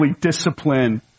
discipline